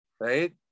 right